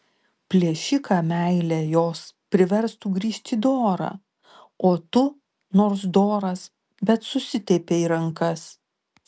plėšiką meilė jos priverstų grįžt į dorą o tu nors doras bet susitepei rankas